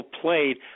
played